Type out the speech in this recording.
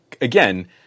Again